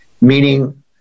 Meaning